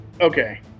Okay